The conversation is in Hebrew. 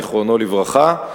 זיכרונו לברכה,